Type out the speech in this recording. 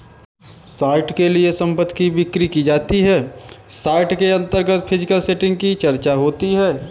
short के लिए संपत्ति की बिक्री की जाती है शॉर्ट के अंतर्गत फिजिकल सेटिंग की चर्चा होती है